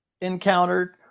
encountered